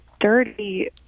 dirty